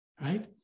right